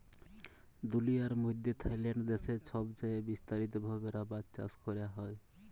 দুলিয়ার মইধ্যে থাইল্যান্ড দ্যাশে ছবচাঁয়ে বিস্তারিত ভাবে রাবার চাষ ক্যরা হ্যয়